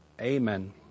amen